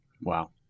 Wow